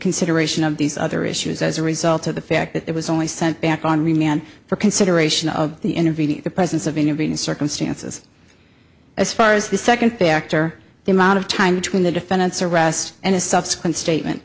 consideration of these other issues as a result of the fact that it was only sent back on remand for consideration of the intervening in the presence of intervene in circumstances as far as the second factor the amount of time between the defendant's arrest and a subsequent statement